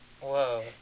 Whoa